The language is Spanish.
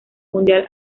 mundial